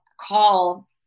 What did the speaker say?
call